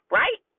right